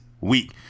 week